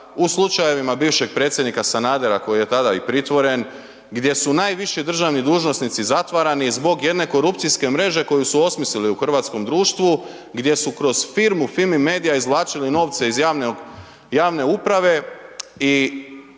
u slučajevima bivšeg predsjednika Sanadera koji je tada i pritvore, gdje su najviši državni dužnosnici zatvarani zbog jedne korupcijske mreže koju su osmislili u hrvatskom društvu, gdje su kroz firmu Fimi media izvlačili novce iz javne uprave i